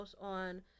on